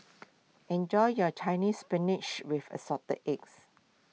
enjoy your Chinese Spinach with Assorted Eggs